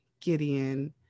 Gideon